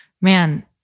man